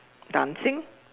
dancing